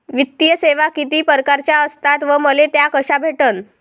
वित्तीय सेवा कितीक परकारच्या असतात व मले त्या कशा भेटन?